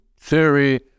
theory